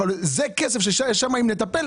אבל זה כסף שאם שם נטפל,